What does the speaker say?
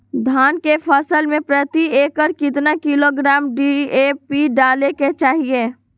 धान के फसल में प्रति एकड़ कितना किलोग्राम डी.ए.पी डाले के चाहिए?